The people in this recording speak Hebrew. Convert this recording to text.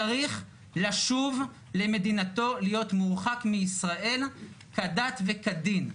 צריך לשוב למדינתו, להיות מורחק מישראל כדת וכדין,